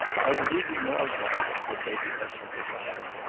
i will leave you now, john, said lady ushant retiring,